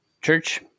church